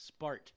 Spart